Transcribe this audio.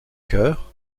chœur